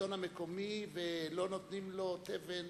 לשלטון המקומי ולא נותנים לו תבן